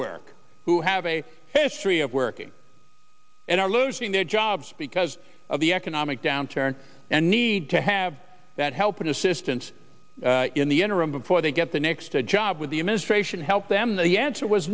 work who have a history of working and are losing their jobs because of the economic downturn and need to have that help and assistance in the interim before they get the next a job with the administration help them the answer was